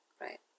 right